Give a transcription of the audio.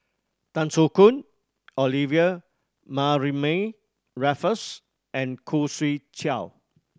Tan Soo Khoon Olivia Mariamne Raffles and Khoo Swee Chiow